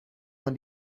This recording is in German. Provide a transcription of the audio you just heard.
man